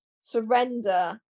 surrender